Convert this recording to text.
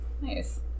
Nice